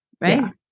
right